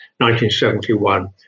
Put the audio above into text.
1971